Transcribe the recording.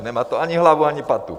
Nemá to ani hlavu, ani patu.